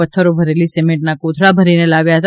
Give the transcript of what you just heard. પત્થરો ભરેલી સિમેન્ટના કોથળા ભરીને લાવ્યા હતા